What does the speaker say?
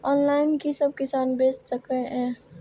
Online कि सब किसान बैच सके ये?